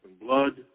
blood